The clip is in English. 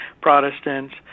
protestants